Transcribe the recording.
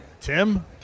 Tim